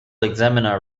examiner